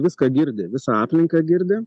viską girdi visą aplinką girdi